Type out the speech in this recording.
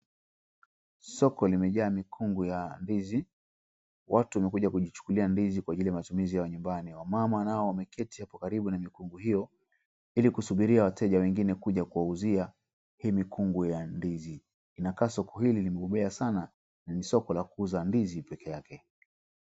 Soko limejaa mikungu ya ndizi. Watu wamekuja kujichukulia ndizi kwa ajili ya amatumizi ya nyumabani. Wamama nao wameketi hapo karibu na mikungu hio ili kusubiria wateja wengine kuja kuwauzia hii mikungu ya ndizi. Inakaa soko hili limebobea sana na ni soko la kuuza ndizi peke yake.